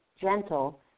gentle